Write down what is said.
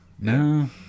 No